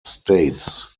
states